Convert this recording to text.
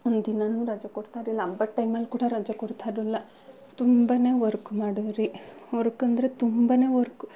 ಒಂದಿನಾನು ರಜ ಕೊಡ್ತಾಯಿರಲಿಲ್ಲ ಹಬ್ಬದ್ ಟೈಮಲ್ಲಿ ಕೂಡ ರಜ ಕೊಡ್ತಾಯಿರಲಿಲ್ಲ ತುಂಬ ವರ್ಕು ಮಾಡಿರಿ ವರ್ಕ್ ಅಂದರೆ ತುಂಬಾ ವರ್ಕು